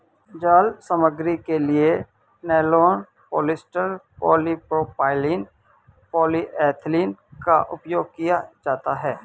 जाल सामग्री के लिए नायलॉन, पॉलिएस्टर, पॉलीप्रोपाइलीन, पॉलीएथिलीन का उपयोग किया जाता है